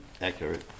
accurate